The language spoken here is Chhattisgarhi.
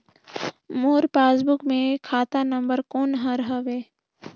मोर पासबुक मे खाता नम्बर कोन हर हवे?